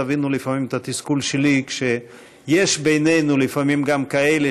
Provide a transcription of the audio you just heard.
תבינו לפעמים את התסכול שלי כשיש בינינו לפעמים גם כאלה